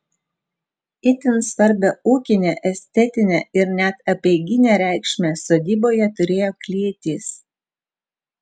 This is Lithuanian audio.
itin svarbią ūkinę estetinę ir net apeiginę reikšmę sodyboje turėjo klėtys